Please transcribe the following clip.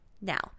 Now